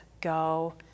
go